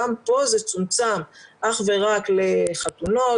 גם פה זה צומצם אך ורק לחתונות,